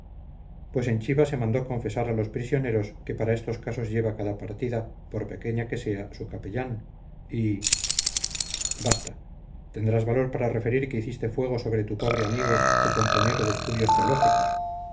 pues en chiva se mandó confesar a los prisioneros que para estos casos lleva cada partida por pequeña que sea su capellán y basta tendrás valor para referir que hiciste fuego sobre tu pobre amigo tu compañero de estudios teológicos